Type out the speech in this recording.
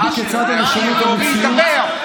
תתביישו לכם.